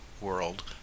world